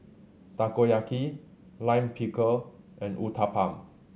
Takoyaki Lime Pickle and Uthapam